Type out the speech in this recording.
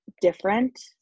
different